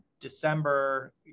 December